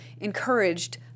encouraged